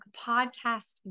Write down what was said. podcast